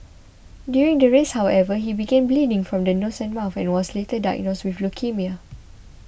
during the race however he began bleeding from the nose and mouth and was later diagnosed with leukaemia